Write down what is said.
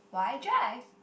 why drive